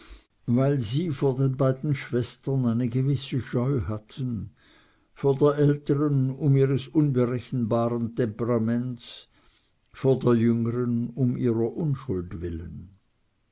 weil sie vor den beiden schwestern eine gewisse scheu hatten vor der älteren um ihres unberechenbaren temperaments vor der jüngeren um ihrer unschuld willen